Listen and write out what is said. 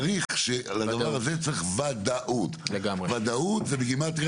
צריך ודאות לדבר הזה.